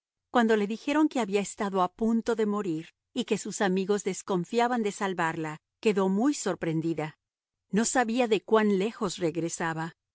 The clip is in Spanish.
cuando le dijeron que había estado a punto de morir y que sus amigos desconfiaban de salvarla quedó muy sorprendida no sabía de cuán lejos regresaba